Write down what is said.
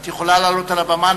את יכולה לעלות על הבמה,